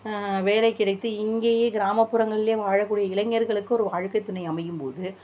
வேலை கிடைத்து இங்கேயே கிராமப்புறங்களிலும் வாழக்கூடிய இளைஞர்களுக்கு ஒரு வாழ்க்கை துணை அமையும் போது